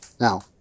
Now